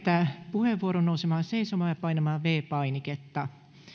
puheenvuoron nousemaan seisomaan ja painamaan viides painiketta